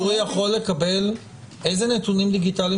הגוף הציבורי יכול לקבל איזה נתונים דיגיטליים